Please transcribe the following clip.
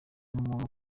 umuntu